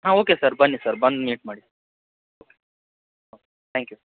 ಹಾಂ okay sir ಬನ್ನಿ sir ಬಂದು ಮೀಟ್ ಮಾಡಿ ಓಕೆ ಹಾಂ ಥ್ಯಾಂಕ್ ಯು